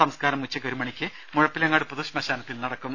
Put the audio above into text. സംസ്കാരം ഉച്ചയ്ക്ക് ഒരു മണിക്ക് മുഴപ്പിലങ്ങാട് പൊതു ശ്മശാനത്തിൽ നടക്കും